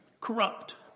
Corrupt